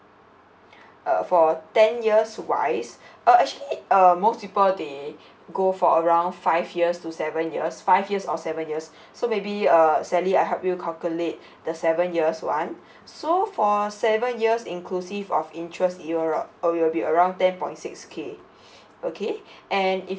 uh for ten years wise uh actually uh most people they go for around five years to seven years five years or seven years so maybe uh sally I help you calculate the seven years one so for seven years inclusive of interest you're uh uh it will be around ten point six K okay and if